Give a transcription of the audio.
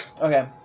Okay